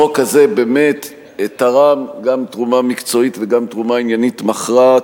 בחוק הזה באמת תרם גם תרומה מקצועית וגם תרומה עניינית מכרעת,